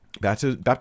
Baptism